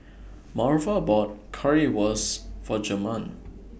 Marva bought Currywurst For Jermain